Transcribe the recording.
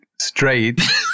straight